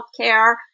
healthcare